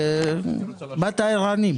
זה הכול עודפים מ-?